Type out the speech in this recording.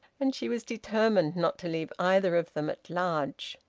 and she was determined not to leave either of them at large.